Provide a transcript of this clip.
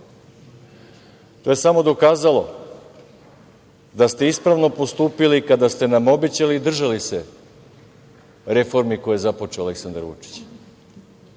To je samo dokazalo da ste ispravno postupili kada ste nam obećali i držali se reformi koje je započeo Aleksandar